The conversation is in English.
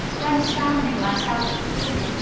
when his family, myself included,